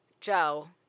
Joe